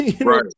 Right